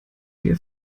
wir